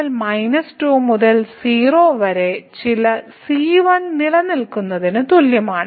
അതിനാൽ f - 1 2 നും 1 നും ഇടയിൽ വിഭജിക്കുന്നു കാരണം ഇത് ഡെറിവേറ്റീവിന് തുല്യവും ഡെറിവേറ്റീവ് 1 ന് തുല്യമായ കേവല മൂല്യത്തിന് തുല്യവുമാണ്